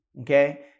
Okay